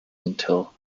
until